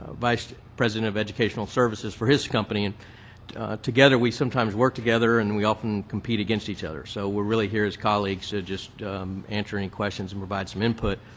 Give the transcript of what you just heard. vice president of educational services for his company. and together we sometimes work together and we often compete against each other. so we're really here as colleagues to just and and questions and provide some input.